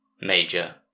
Major